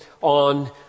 on